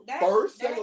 First